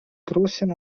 großen